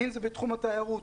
אם זה בתחום התיירות,